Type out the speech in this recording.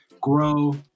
grow